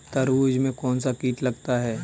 तरबूज में कौनसा कीट लगता है?